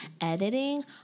editing